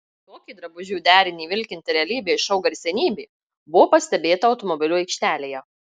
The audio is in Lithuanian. tokį drabužių derinį vilkinti realybės šou garsenybė buvo pastebėta automobilių aikštelėje